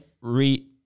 re